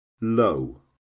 low